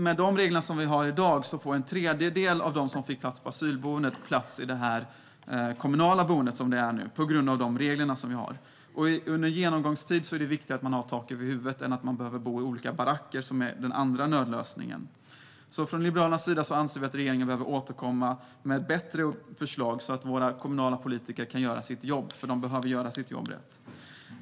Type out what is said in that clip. Med de regler som vi har i dag får en tredjedel av dem som fick plats på asylboendet plats på det boende som nu är kommunalt på grund av de regler som vi har. Under en övergångstid är det viktigt att man har tak över huvudet och inte behöver bo i olika baracker, som är den andra nödlösningen. Från Liberalernas sida anser vi därför att regeringen behöver återkomma med ett bättre förslag, så att våra kommunala politiker kan göra sitt jobb. De behöver göra sitt jobb rätt.